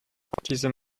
diese